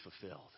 fulfilled